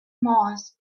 mars